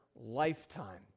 lifetime